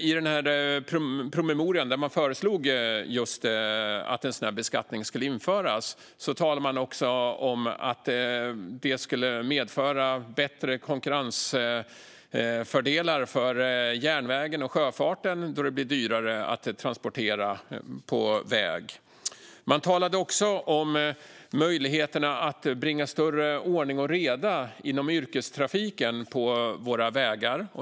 I promemorian, där man föreslog att en sådan här beskattning skulle införas, talade man också om att det skulle medföra konkurrensfördelar för järnvägen och sjöfarten om det blev dyrare att transportera på väg. Man talade också om möjligheterna att bringa större ordning och reda i yrkestrafiken på våra vägar.